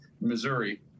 Missouri